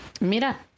Mira